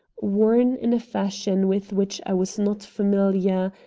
worn in a fashion with which i was not familiar,